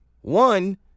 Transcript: one